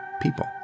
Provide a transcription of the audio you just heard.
people